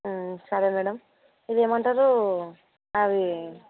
సరే మ్యాడమ్ ఇవి ఏమంటారు అవి